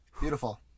Beautiful